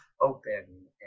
open